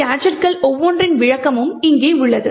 இந்த கேஜெட்கள் ஒவ்வொன்றின் விளக்கமும் இங்கே உள்ளது